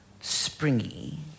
springy